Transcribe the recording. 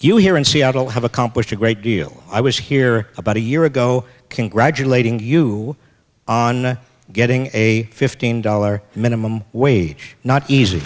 you here in seattle have accomplished a great deal i was here about a year ago congratulating you on getting a fifteen dollar minimum wage not eas